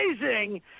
amazing